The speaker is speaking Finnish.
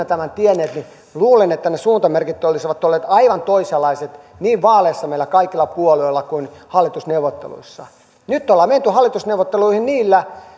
tämän tienneet niin luulen että ne suuntamerkit olisivat olleet aivan toisenlaiset niin vaaleissa meillä kaikilla puolueilla kuin hallitusneuvotteluissa nyt ollaan menty hallitusneuvotteluihin niillä